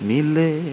Mile